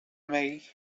mig